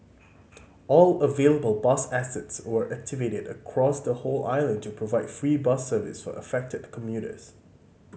all available bus assets were activated across the whole island to provide free bus service for affected commuters